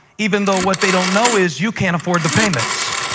even though what they don't know is you can't afford the payments.